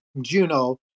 Juno